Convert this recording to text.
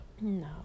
no